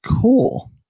Cool